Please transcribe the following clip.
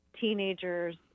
teenagers